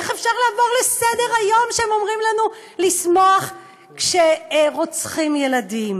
איך אפשר לעבור לסדר-היום כשהם אומרים לנו לשמוח כשרוצחים ילדים?